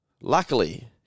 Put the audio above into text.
luckily